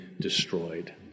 destroyed